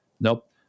Nope